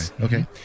Okay